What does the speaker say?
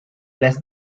less